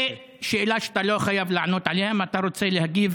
ושאלה שאתה לא חייב לענות עליה: האם אתה רוצה להגיב